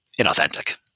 inauthentic